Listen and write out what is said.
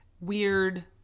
weird